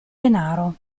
denaro